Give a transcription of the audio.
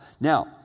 Now